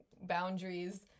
boundaries